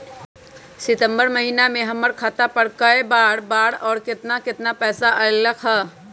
सितम्बर महीना में हमर खाता पर कय बार बार और केतना केतना पैसा अयलक ह?